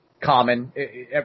common